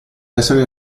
essere